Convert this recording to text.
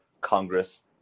Congress